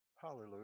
Hallelujah